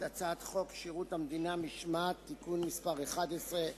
התשנ"ג 1993,